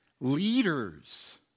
leaders